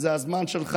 זה הזמן שלך.